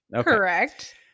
Correct